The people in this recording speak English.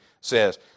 says